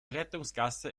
rettungsgasse